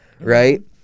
right